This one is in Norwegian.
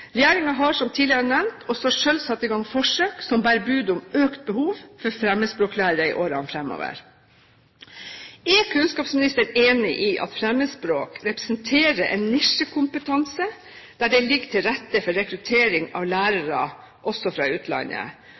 har, som tidligere nevnt, også selv satt i gang forsøk som bærer bud om økt behov for fremmedspråklærere i årene fremover. Er kunnskapsministeren enig i at fremmedspråk representerer en nisjekompetanse der det ligger til rette for rekruttering av lærere, også fra utlandet?